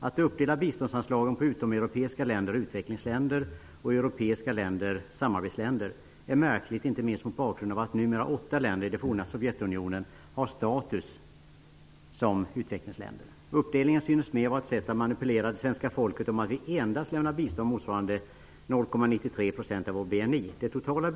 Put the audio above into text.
Att dela upp biståndsanslagen på utomeuropeiska länder -- samarbetsländer -- är märkligt inte minst mot bakgrund av att åtta länder i det forna Sovjetunionen numera har utvecklingslandsstatus. Uppdelningen synes mer vara ett sätt att manipulera det svenska folket att tro att vi endast lämnar bistånd motsvarande 0,93 % av vår BNI. Herr talman!